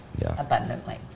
abundantly